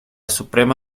suprema